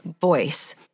voice